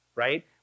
right